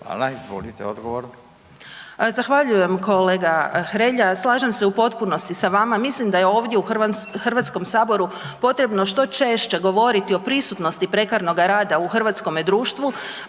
Ivana (SDP)** Zahvaljujem kolega Hrelja. Slažem se u potpunosti sa vama, mislim da je ovdje u HS potrebno što češće govoriti o prisutnosti prekarnog rada u hrvatskome društvu,